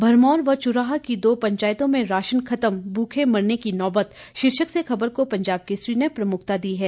भरमौर व च्राह की दो पंचायतों में राशन खत्म भूखे मरने की नौबत शीर्षक से खबर को पंजाब केसरी ने प्रमुखता दी है